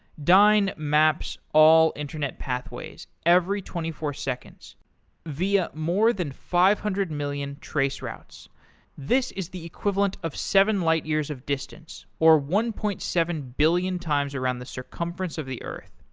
dyn maps all internet pathways every twenty four seconds via more than five hundred million traceroutes. this is the equivalent of seven light years of distance, or one point seven billion times around the circumference of the earth.